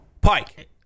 Pike